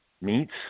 meets